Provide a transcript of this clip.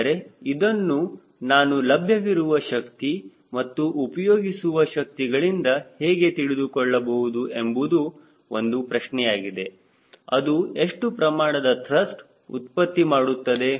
ಆದರೆ ಇದನ್ನು ನಾನು ಲಭ್ಯವಿರುವ ಶಕ್ತಿ ಮತ್ತು ಉಪಯೋಗಿಸುವ ಶಕ್ತಿಗಳಿಂದ ಹೇಗೆ ತಿಳಿದುಕೊಳ್ಳಬಹುದು ಎಂಬುದು ಒಂದು ಪ್ರಶ್ನೆಯಾಗಿದೆ ಅದು ಎಷ್ಟು ಪ್ರಮಾಣದ ತ್ರಸ್ಟ್ ಉತ್ಪತ್ತಿ ಮಾಡುತ್ತದೆ